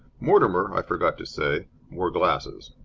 mortimer, i forgot to say, wore glasses